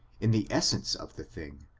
in the essence of the thing,